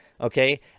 okay